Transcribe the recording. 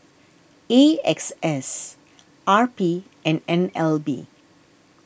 A X S R P and N L B